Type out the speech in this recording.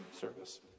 service